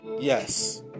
Yes